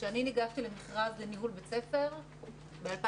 כשאני ניגשתי למשרת ניהול בית ספר ב-2009